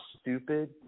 stupid